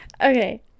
okay